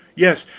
yes.